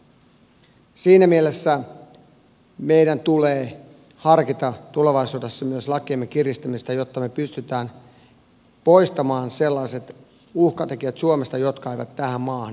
siinä mielessä meidän tulee harkita tulevaisuudessa myös lakiemme kiristämistä jotta me pystymme poistamaan suomesta sellaiset uhkatekijät jotka eivät tähän maahan sopeudu